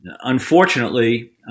unfortunately